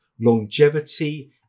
longevity